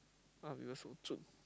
why are people so chun